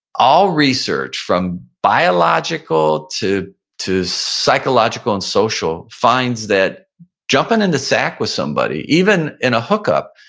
all research from biological to to psychological and social finds that jumping into sack with somebody, even in a hookup,